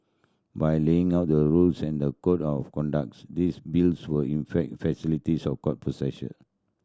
by laying out the rules and the code of conducts this bills will in fact facilitates of court process